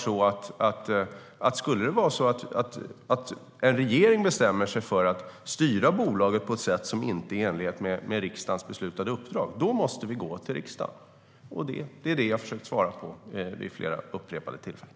Skulle det vara så att en regering bestämmer sig för att styra bolaget på ett sätt som inte är i enlighet med riksdagens beslutade uppdrag måste den gå till riksdagen. Det är vad jag har försökt svara vid flera upprepade tillfällen.